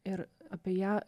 ir apie ją